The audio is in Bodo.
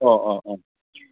अ अ अ